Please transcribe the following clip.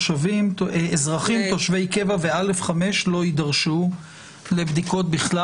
אזרחים, תושבי קבע ו-א/5 לא יידרשו לבדיקות בכלל.